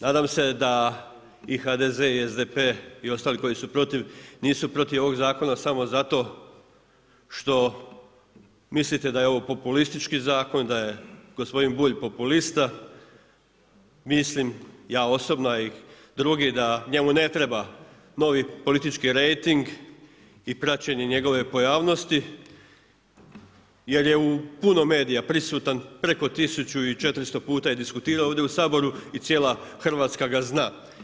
Nadam se da i HDZ i SDP i ostali koji su protiv nisu protiv ovog zakona samo zato što mislite da je ovo populistički zakon, da je gospodin Bulj populista, mislim ja osobno, a i drugi da njemu ne treba novi politički rejting i praćenje njegove pojavnosti jer je u puno medija prisutan, preko 1400 puta je diskutirao ovdje u Saboru i cijela Hrvatska ga zna.